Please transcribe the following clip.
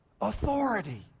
Authority